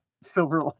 Silver